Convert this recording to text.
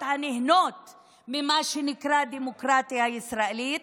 הנהנות ממה שנקרא הדמוקרטיה הישראלית?